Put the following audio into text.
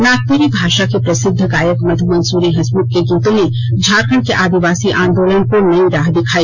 नागपुरी भाषा के प्रसिद्ध गायक मध मंसुरी हंसमुख के गीर्तो ने झारखंड के आदिवासी आंदोलन को नई राह दिखाई